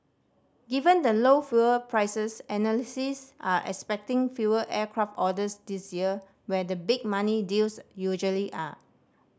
given the low fuel prices analysts are expecting fewer aircraft orders this year where the big money deals usually are